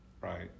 right